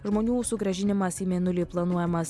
žmonių sugrąžinimas į mėnulį planuojamas